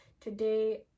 Today